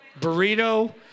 burrito